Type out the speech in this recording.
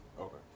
Okay